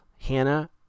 Hannah